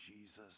Jesus